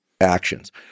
actions